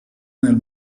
nel